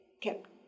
kept